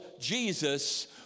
Jesus